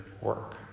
work